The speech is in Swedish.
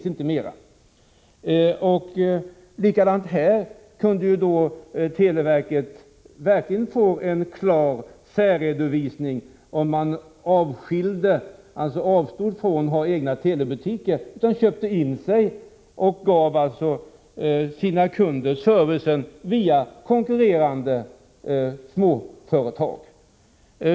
På det område som vi nu diskuterar kunde televerket verkligen få en klar särredovisning om man avstod från att ha egna telebutiker och i stället köpte in sig i och gav sina kunder service via konkurrerande småföretag.